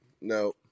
No